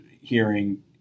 hearing